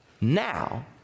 now